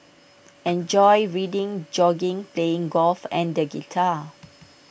enjoys reading jogging playing golf and the guitar